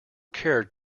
cared